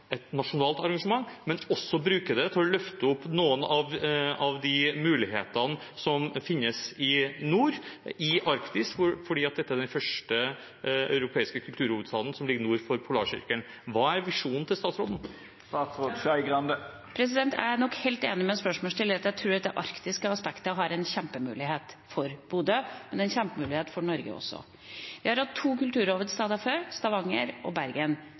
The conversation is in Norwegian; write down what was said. et nordnorsk arrangement, et nasjonalt arrangement, men også bruke det til å løfte fram noen av de mulighetene som finnes i nord, i Arktis, siden dette er den første europeiske kulturhovedstaden som ligger nord for Polarsirkelen? Hva er visjonen til statsråden? Jeg er nok helt enig med spørsmålsstiller når jeg tror det arktiske aspektet er en kjempemulighet for Bodø, men det er en kjempemulighet for Norge også. Vi har hatt to kulturhovedsteder før – Stavanger og Bergen.